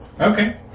Okay